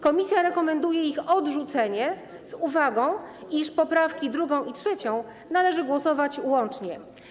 Komisja rekomenduje ich odrzucenie, z uwagą, iż nad poprawkami 2. i 3. należy głosować łącznie.